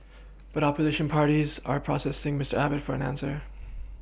but opposition parties are pressing Miss Abbott for an answer